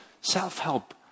self-help